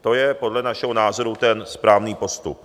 To je podle našeho názoru ten správný postup.